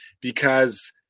because-